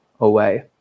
away